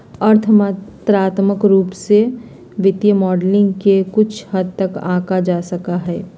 अर्थ मात्रात्मक रूप से वित्तीय मॉडलिंग के कुछ हद तक आंका जा सका हई